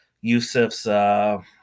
Yusuf's